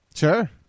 Sure